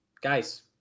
guys